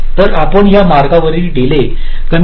तर आपण या मार्गावरील डीले कमी करण्याचा प्रयत्न करीत आहोत